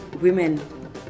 women